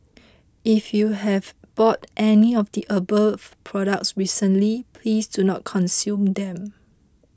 if you have bought any of the above products recently please do not consume them